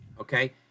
Okay